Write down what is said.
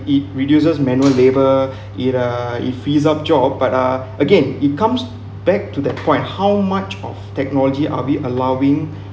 it reduces manual labor it uh it frees up job but uh again it comes back to that point how much of technology are we allowing